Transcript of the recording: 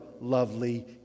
lovely